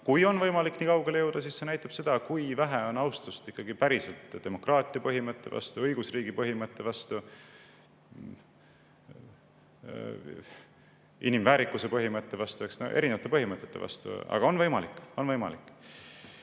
kui on võimalik nii kaugele jõuda, siis see näitab seda, kui vähe on ikkagi päriselt austust demokraatia põhimõtte ja õigusriigi põhimõtte vastu, inimväärikuse põhimõtte vastu – erinevate põhimõtete vastu. Aga on võimalik, on võimalik.